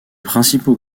principaux